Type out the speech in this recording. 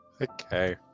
Okay